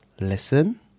listen